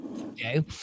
okay